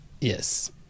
Yes